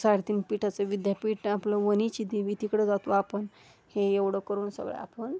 साडेतीन पीठाचं विद्यापीठ आपलं वणीची देवी तिकडं जातो आपण हे एवढं करून सगळं आपण